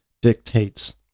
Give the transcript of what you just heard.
dictates